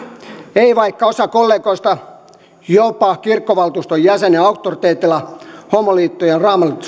ei vaikka osa kollegoista jopa kirkkovaltuuston jäsenen auktoriteetilla homoliittojen